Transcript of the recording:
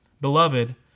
Beloved